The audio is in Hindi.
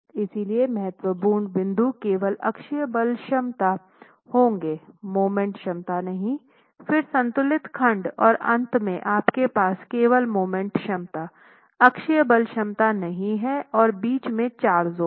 इसलिए महत्वपूर्ण बिंदु केवल अक्षीय बल क्षमता होंगे मोमेंट क्षमता नहीं फिर संतुलित खंड और अंत में आपके पास केवल मोमेंट क्षमता अक्षीय बल क्षमता नहीं है और बीच में चार जोन हैं